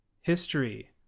history